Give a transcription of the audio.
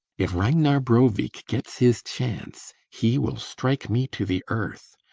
if ragnar brovik gets his chance, he will strike me to the earth.